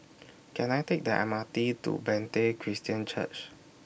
Can I Take The M R T to Bethany Christian Church